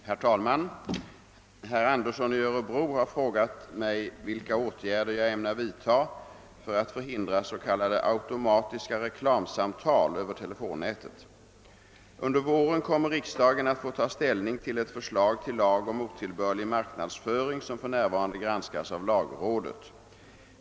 Herr talman! Herr Andersson i öÖrebro har frågat mig vilka åtgärder jag ämnar vidta för att förhindra s.k. automatiska reklamsamtal över telefonnätet. Under våren kommer riksdagen att få ta ställning till ett förslag till lag om otillbörlig marknadsföring som för närvarande granskas av lagrådet.